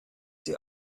sie